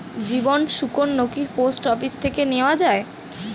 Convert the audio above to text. জীবন সুকন্যা কি post office থেকে নেওয়া যায়?